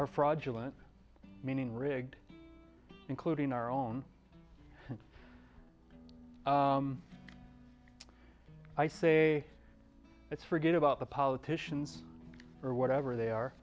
are fraudulent meaning rigged including our own i say let's forget about the politicians or whatever they are